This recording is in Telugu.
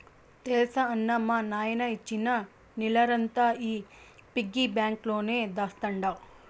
తెల్సా అన్నా, మా నాయన ఇచ్చిన సిల్లరంతా ఈ పిగ్గి బాంక్ లోనే దాస్తండ